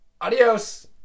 Adios